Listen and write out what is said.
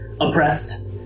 oppressed